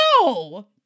No